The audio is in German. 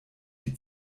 die